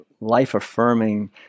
life-affirming